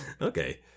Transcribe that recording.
okay